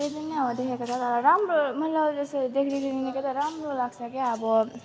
त्यति नै हो अब देखेको छ तर राम्रो मतलब अब जस्तो देख्नेबित्तिकै राम्रो लाग्छ के अब